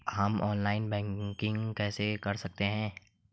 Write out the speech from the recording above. हम online banking कैसे कर सकते हैं?